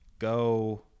Go